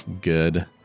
good